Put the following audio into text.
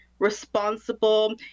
responsible